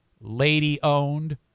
lady-owned